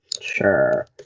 Sure